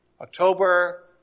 October